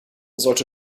sollte